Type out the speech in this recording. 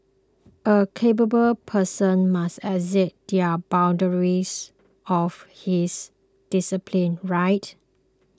a capable person must exceed the boundaries of his discipline right